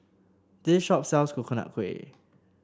this shop sells Coconut Kuih